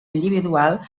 individual